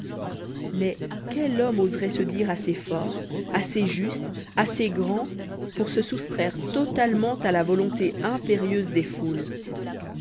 mais quel homme oserait se dire assez fort assez juste assez grand pour se soustraire totalement à la volonté impérieuse des foules